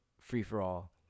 free-for-all